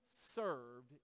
served